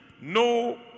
no